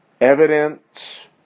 evidence